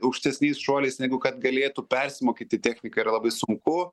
aukštesniais šuoliais negu kad galėtų persimokyti techniką yra labai sunku